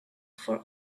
for